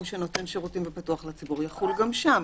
שנותן שירותים ופתוח לציבור יחול גם שם.